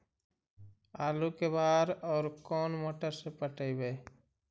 आलू के बार और कोन मोटर से पटइबै?